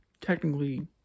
technically